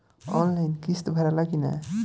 Online किस्त भराला कि ना?